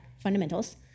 fundamentals